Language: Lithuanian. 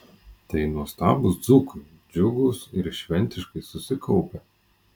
tai nuostabūs dzūkai džiugūs ir šventiškai susikaupę